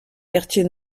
quartier